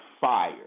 fire